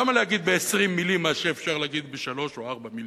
למה להגיד ב-20 מלים מה שאפשר להגיד בשלוש או ארבע מלים?